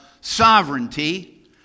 sovereignty